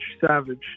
savage